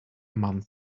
month